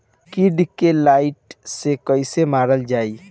कीड़ा के लाइट से कैसे मारल जाई?